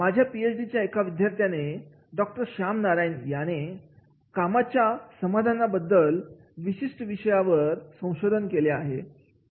माझ्या पीएचडी च्या एका विद्यार्थ्याने डॉक्टर शाम नारायण यांनी जॉब सतिस्फॅक्शन या विशिष्ट विषयावर संशोधन केले आहे